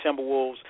Timberwolves